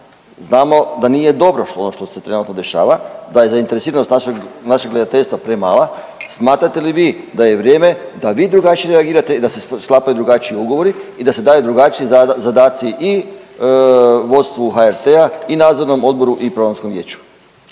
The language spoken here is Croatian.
znamo da nije dobro ono što se trenutno dešava, da je zainteresiranost našeg, našeg gledateljstva premala, smatrate li vi da je vrijeme da vi drugačije reagirate i da se sklapaju drugačiji ugovori i da se daju drugačiji zadaci i vodstvu HRT-a i nadzornom odboru i programskom vijeću?